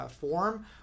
form